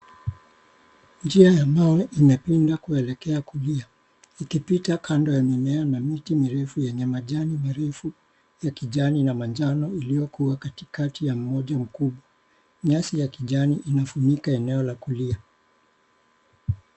Njia ya mawe imepinda kuelekea kulia ikipita kando ya mimea na miti mirefu yenye majani marefu ya kijani na manjano iliyoko katikati ya mji mkuu, nyasi ya kijani inafunika eneo la kulia.